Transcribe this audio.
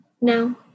No